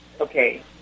Okay